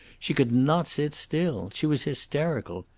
she could not sit still. she was hysterical.